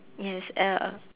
yes uh